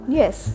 yes